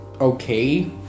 okay